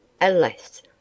Alas